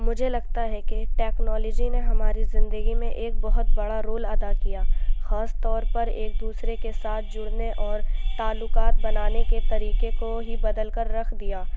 مجھے لگتا ہے کہ ٹیکنالوجی نے ہماری زندگی میں ایک بہت بڑا رول ادا کیا خاص طور پر ایک دوسرے کے ساتھ جڑنے اور تعلقات بنانے کے طریقے کو ہی بدل کر رکھ دیا